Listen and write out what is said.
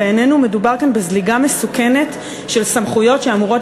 בעינינו מדובר כאן בזליגה מסוכנת של סמכויות שאמורות